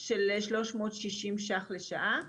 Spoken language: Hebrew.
של 360 ש"ח לשעה.